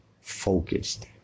focused